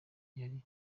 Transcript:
yari